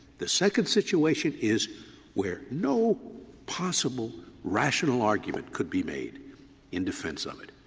the second situation is where no possible rational argument could be made in defense of it.